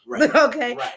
okay